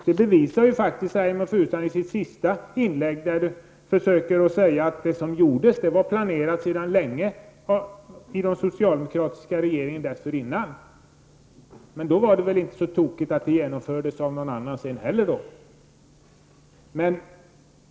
Detta bevisar ju faktiskt Reynoldh Furustrand i sitt sista inlägg där han försöker säga att det som gjordes var planerat sedan länge av den socialdemokratiska regeringen som satt vid makten dessförinnan. Men då kan det väl inte heller vara så tokigt att dessa åtgärder sedan genomfördes av någon annan?